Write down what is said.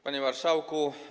Panie Marszałku!